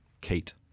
Kate